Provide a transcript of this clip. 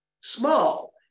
small